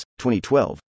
2012